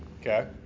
okay